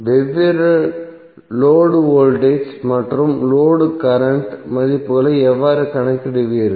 வெவ்வேறு load voltage மற்றும் load current மதிப்புகளை எவ்வாறு கணக்கிடுவீர்கள்